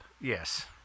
Yes